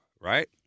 right